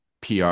PR